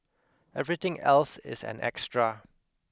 everything else is an extra